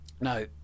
No